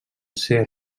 ser